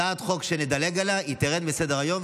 הצעת חוק שנדלג עליה תרד מסדר-היום,